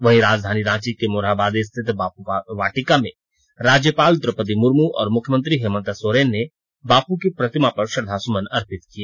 वहीं राजधानी रांची के मोरहाबादी स्थित बापू वाटिका में राज्यपाल द्रोपदी मुर्मू और मुख्यमंत्री हेमंत सोरेन ने बापू की प्रतिमा पर श्रद्धा सुमन अर्पित किए